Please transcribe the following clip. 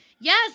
yes